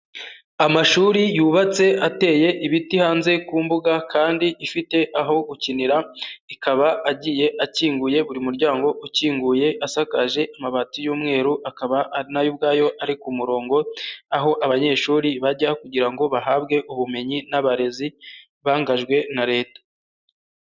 Amashuri yubatse ateye ibiti hanze ku mbuga kandi ifite aho gukinira, ikaba agiye akinguye, buri muryango ukinguye, asakaje amabati y'umweru, akaba na yo ubwayo ari ku murongo, aho abanyeshuri bajya kugira ngo bahabwe ubumenyi n'abarezi bangajwe na Leta.